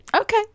Okay